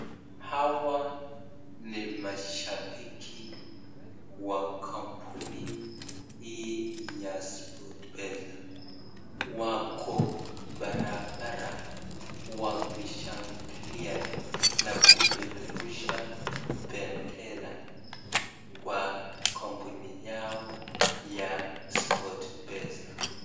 Hawa ni mashabiki ya kampuni ya sport pesa , wako barabara wakishangilia na kupeperusha bendera Kwa kampuni Yao ya sport pesa.